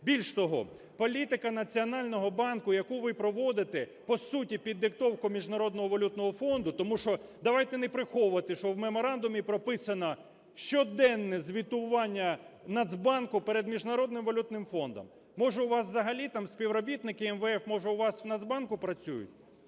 Більш того, політика Національного банку, яку ви проводите, по суті, під диктовку Міжнародного валютного фонду, тому що, давайте не приховувати, що у меморандумі прописано щоденне звітування Нацбанку перед Міжнародним валютним фондом. Може у вас взагалі там співробітники МВФ, може у вас в Нацбанку працюють?